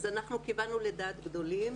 אנחנו כיוונו לדעת גדולים,